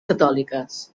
catòliques